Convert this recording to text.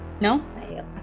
No